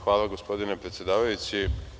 Hvala gospodine predsedavajući.